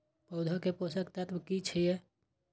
पौधा के पोषक तत्व की छिये?